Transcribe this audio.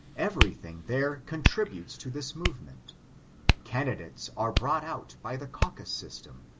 everything there contributes to this movement candidates are brought out by the caucus system,